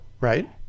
Right